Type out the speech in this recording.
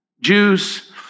Jews